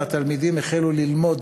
והתלמידים החלו ללמוד